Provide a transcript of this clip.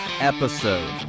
episode